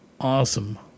awesome